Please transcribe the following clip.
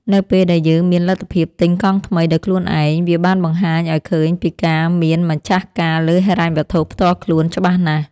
នៅពេលដែលយើងមានលទ្ធភាពទិញកង់ថ្មីដោយខ្លួនឯងវាបានបង្ហាញឱ្យឃើញពីការមានម្ចាស់ការលើហិរញ្ញវត្ថុផ្ទាល់ខ្លួនច្បាស់ណាស់។